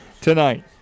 tonight